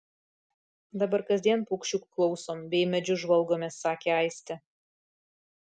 dabar kasdien paukščiukų klausom bei į medžius žvalgomės sakė aistė